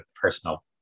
personal